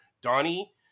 Donnie